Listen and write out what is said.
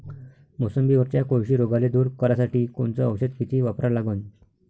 मोसंबीवरच्या कोळशी रोगाले दूर करासाठी कोनचं औषध किती वापरा लागन?